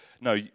No